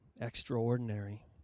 extraordinary